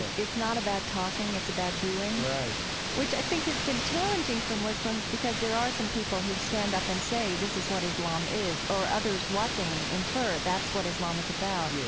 it's not about talking, it's about doing, which, i think, has been challenging for muslims because there are some people who stand up and say this is what islam is or others watching infer that's what islam is about. yeah